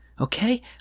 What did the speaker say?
Okay